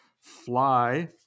fly